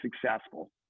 successful